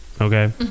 okay